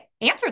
answer